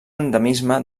endemisme